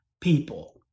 people